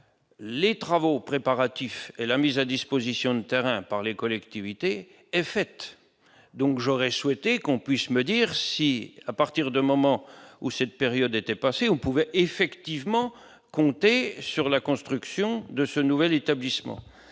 les travaux préparatifs et la mise à disposition de terrains par les collectivités fait donc j'aurais souhaité qu'on puisse me dire si à partir de moment où cette période était passé, on pouvait effectivement compter sur la construction de ce nouvel établissement,